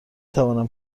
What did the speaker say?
توانم